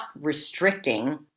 restricting